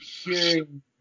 hearing